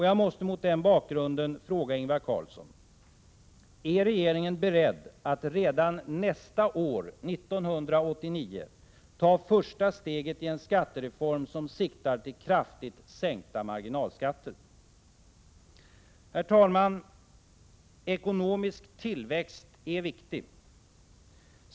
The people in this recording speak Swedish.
Jag måste mot den bakgrunden fråga Ingvar Carlsson: Är regeringen beredd att redan nästa år, 1989, ta första steget i en skattereform som siktar till kraftigt sänkta marginalskatter? Herr talman! Ekonomisk tillväxt är viktig.